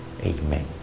Amen